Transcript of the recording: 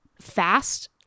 fast